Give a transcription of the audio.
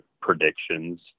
predictions